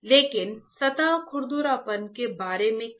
लेकिन सतह खुरदरापन के बारे में क्या